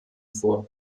vor